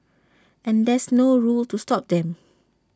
and there's no rule to stop them